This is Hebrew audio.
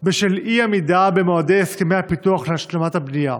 בשל אי-עמידה במועדי הסכמי הפיתוח להשלמת בנייה.